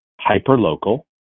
hyper-local